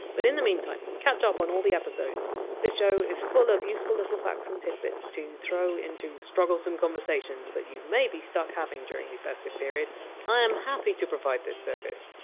but in the meantime, catch up on all the episodes this show is full of useful little facts and tidbits to throw into strugglesome conversations that you might be stuck having during the festive period i am happy to provide this service.